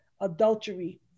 adultery